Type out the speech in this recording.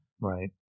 Right